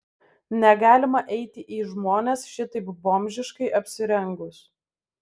negalima eiti į žmones šitaip bomžiškai apsirengus